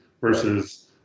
versus